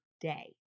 day